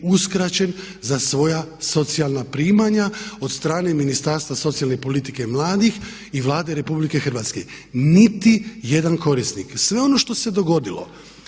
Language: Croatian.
uskraćen za svoja socijalna primanja od strane Ministarstva socijalne politike i mladih i Vlade Republike Hrvatske, niti jedan korisnik. Sve ono što se dogodilo